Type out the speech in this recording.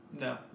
No